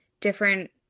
different